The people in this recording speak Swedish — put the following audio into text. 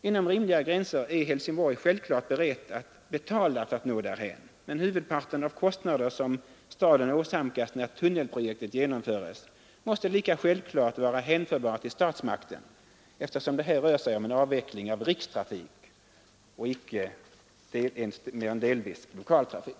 Inom rimliga gränser är Helsingborg självklart berett att betala för att nå därhän, men huvudparten av de kostnader som staden åsamkas när tunnelprojektet genomförs måste lika självklart vara hänförbar till statsmakten, eftersom det här rör sig om avveckling av rikstrafik och icke mer än till mindre del av lokaltrafik.